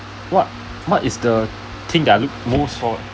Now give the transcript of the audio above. what what is the thing that I look most forward